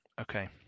Okay